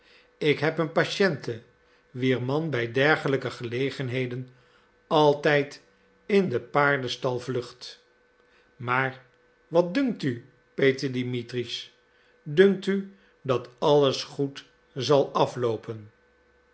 ik heb een patiënte wier man by dergelijke gelegenheden altijd in den paardenstal vlucht maar wat dunkt u peter dimitritsch dunkt u dat alles goed zal afloopen